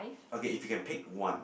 okay if you can pick one